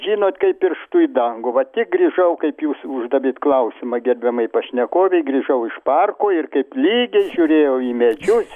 žinot kaip pirštu į dangų va tik grįžau kaip jūs uždavėt klausimą gerbiamai pašnekovei grįžau iš parko ir kaip lygiai žiūrėjau į medžius